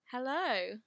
hello